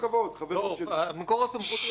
מקור הסכות יהיה סמוטריץ...